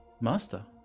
Master